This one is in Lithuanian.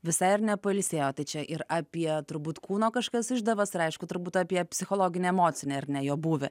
visai ir nepailsėjo tai čia ir apie turbūt kūno kažkokias išdavas ir aišku turbūt apie psichologinį emocinį ar ne jo buvį